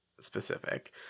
specific